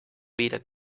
weder